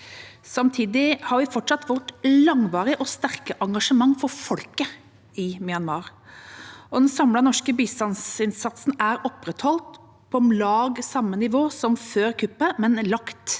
Samtidig har vi fortsatt vårt langvarige og sterke engasjement for folket i Myanmar, og den samlede norske bistandsinnsatsen er opprettholdt på om lag samme nivå som før kuppet, men den er